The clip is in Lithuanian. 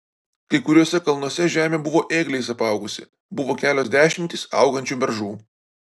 kai kuriuose kalnuose žemė buvo ėgliais apaugusi buvo kelios dešimtys augančių beržų